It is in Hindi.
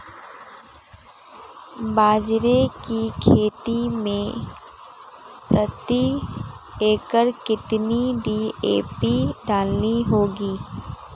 बाजरे की खेती में प्रति एकड़ कितनी डी.ए.पी डालनी होगी?